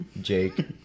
Jake